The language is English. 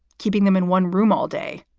keeping them in one room all day.